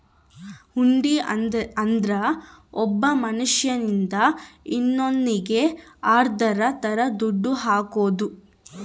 ಹುಂಡಿ ಅಂದ್ರ ಒಬ್ಬ ಮನ್ಶ್ಯನಿಂದ ಇನ್ನೋನ್ನಿಗೆ ಆರ್ಡರ್ ತರ ದುಡ್ಡು ಕಟ್ಟೋದು